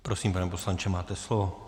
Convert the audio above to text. Prosím, pane poslanče, máte slovo.